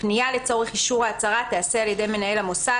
פנייה לצורך אישור ההצהרה תעשה על ידי מנהל המוסד